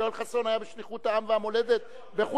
כי יואל חסון היה בשליחות העם והמולדת בחוץ-לארץ.